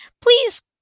please